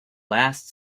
last